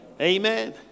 Amen